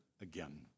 again